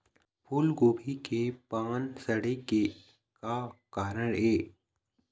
फूलगोभी के पान सड़े के का कारण ये?